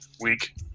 week